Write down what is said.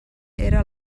era